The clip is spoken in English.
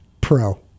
pro